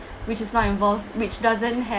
which is not involved which doesn't have